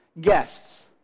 guests